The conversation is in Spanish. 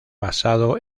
basado